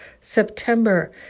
September